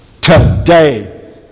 Today